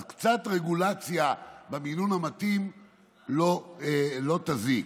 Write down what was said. אז קצת רגולציה במינון המתאים לא תזיק.